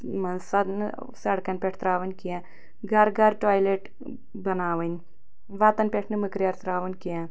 مَنٛز سۄ نہٕ سَڑکَن پٮ۪ٹھ ترٛاوٕنۍ کیٚنٛہہ گھرٕ گھرٕ ٹوایلیٚٹ بناوٕنۍ وَتَن پٮ۪ٹھ نہٕ مٕکریار ترٛاوُن کیٚنٛہہ